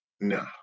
no